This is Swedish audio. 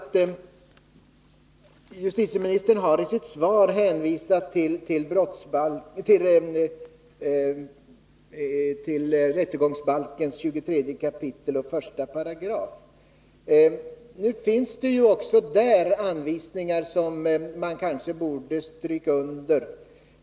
Justitieministern har i sitt svar hänvisat till rättegångsbalken 23 kap. 1 §, men det finns ju också där anvisningar som man kanske borde stryka under.